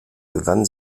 gewann